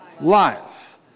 life